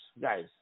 guys